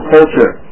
Culture